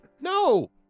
No